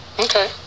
Okay